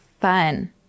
fun